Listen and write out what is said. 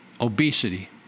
obesity